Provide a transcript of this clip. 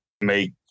make –